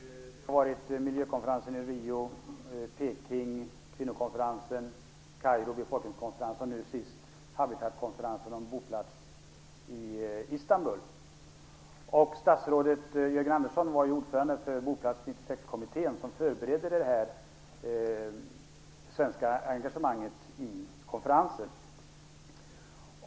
Fru talman! Under 90-talet har FN arrangerat en hel del världskonferenser. Det har varit miljökonferensen i Rio, kvinnokonferensen i Peking, befolkningskonferensen i Kairo och nu sist habitatkonferensen om boplats i Istanbul. Statsrådet Jörgen Andersson var ordförande för Boplats-96-kommittén, som förberedde det svenska engagemanget i konferensen.